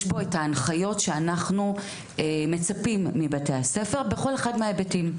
יש בו את ההנחיות שאנחנו מצפים מבתי הספר בכל אחד מההיבטים.